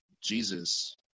Jesus